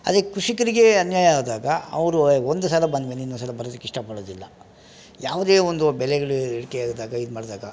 ಅದೇ ಕೃಷಿಕರಿಗೆ ಅನ್ಯಾಯ ಆದಾಗ ಅವರು ಒಂದು ಸಲ ಬಂದ್ಮೇಲೆ ಇನ್ನೊಂದುಸಲ ಬರೋದಿಕ್ಕೆ ಇಷ್ಟಪಡೋದಿಲ್ಲ ಯಾವುದೇ ಒಂದು ಬೆಲೆಗಳು ಇಳಿಕೆ ಆದಾಗ ಇದುಮಾಡ್ದಾಗ